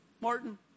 Martin